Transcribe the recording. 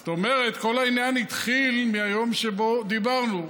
זאת אומרת, כל העניין התחיל מהיום שבו דיברנו.